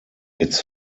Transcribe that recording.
its